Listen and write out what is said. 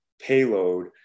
payload